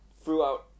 throughout